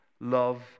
love